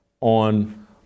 on